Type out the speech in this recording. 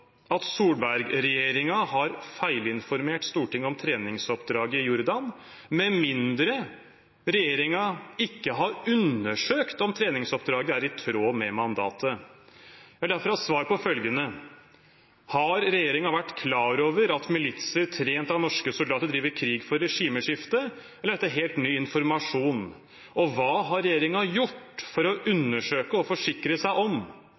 at Solberg-regjeringen har feilinformert Stortinget om treningsoppdraget i Jordan, med mindre regjeringen har undersøkt om treningsoppdraget er i tråd med mandatet. Jeg vil derfor ha svar på følgende: Har regjeringen vært klar over at militser trent av norske soldater driver krig for regimeskifte, eller er dette helt ny informasjon? Og hva har regjeringen gjort for å undersøke og forsikre seg om